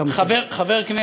אני אגיד עוד פעם: חבר כנסת,